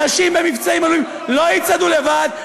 אנשים במבצעים עלומים לא יצעדו לבד,